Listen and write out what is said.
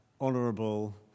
honourable